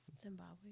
Zimbabwe